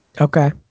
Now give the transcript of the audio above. Okay